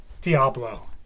Diablo